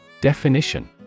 Definition